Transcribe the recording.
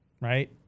right